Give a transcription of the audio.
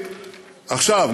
עכשיו,